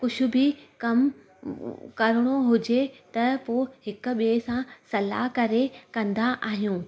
कुझु बि कमु करिणो हुजे त पोइ हिक ॿिए सां सलाहु करे कंदा आहियूं